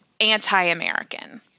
anti-american